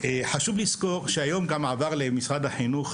חשוב לזכור שמעונות היום עברו למשרד החינוך.